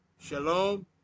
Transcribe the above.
Shalom